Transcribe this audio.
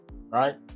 right